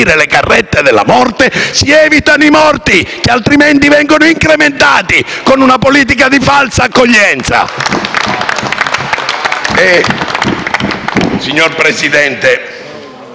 della morte si evitano i morti che altrimenti aumentano con una politica di falsa accoglienza.